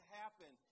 happen